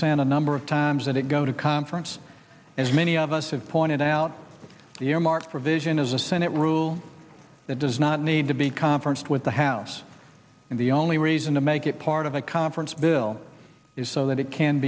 consent a number of times that it go to conference as many of us have pointed out the earmark provision is a senate rule that does not need to be conferenced with the house and the only reason to make it part of a conference bill is so that it can